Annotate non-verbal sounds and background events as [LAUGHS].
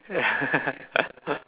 [LAUGHS]